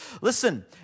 Listen